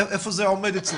איפה זה עומד אצלכם?